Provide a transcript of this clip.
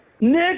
Nick